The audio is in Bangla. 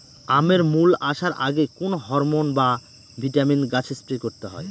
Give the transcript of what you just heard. আমের মোল আসার আগে কোন হরমন বা ভিটামিন গাছে স্প্রে করতে হয়?